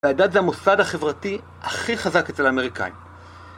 וידעת זה המוסד החברתי הכי חזק אצל האמריקאים